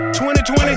2020